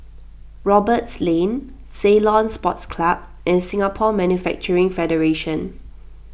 Roberts Lane Ceylon Sports Club and Singapore Manufacturing Federation